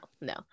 no